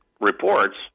reports